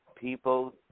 People